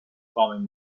farming